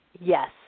Yes